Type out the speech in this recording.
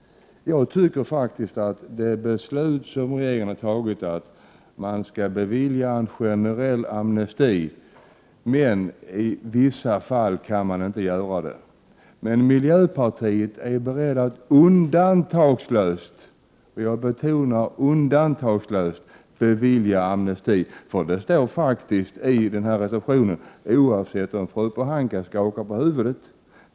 Jag ansluter mig faktiskt till regeringens beslut att man skall bevilja en generell amnesti utom i vissa fall då det inte är möjligt. Miljöpartiet däremot är berett att undantagslöst bevilja amnesti. Det står faktiskt så i reservationen, även om fru Pohanka skakar på huvudet.